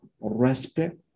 respect